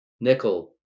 nickel